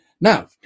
Now